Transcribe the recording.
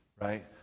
Right